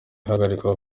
ihagarikwa